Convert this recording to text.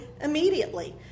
immediately